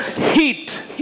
heat